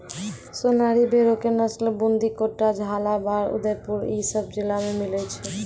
सोनारी भेड़ो के नस्ल बूंदी, कोटा, झालाबाड़, उदयपुर इ सभ जिला मे मिलै छै